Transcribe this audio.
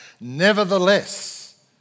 nevertheless